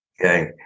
okay